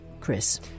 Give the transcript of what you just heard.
Chris